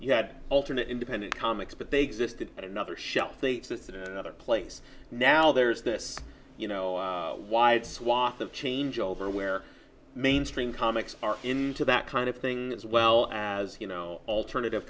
yet alternate independent comics but they existed in another shelf states with another place now there's this you know why swath of change over where mainstream comics are into that kind of thing as well as you know alternative